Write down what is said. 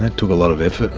that took a lot of effort and